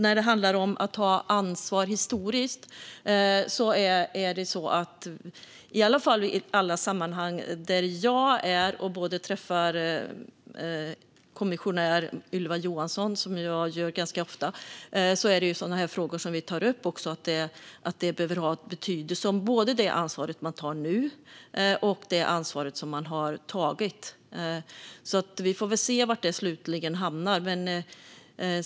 När det handlar om att ta ansvar historiskt har vi i alla fall i de sammanhang där jag är med och träffar kommissionär Ylva Johansson, vilket jag gör ganska ofta, tagit upp att det behöver ha betydelse både vilket ansvar man tar nu och vilket ansvar man har tagit historiskt. Vi får väl se var det slutligen hamnar.